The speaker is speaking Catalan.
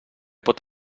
pot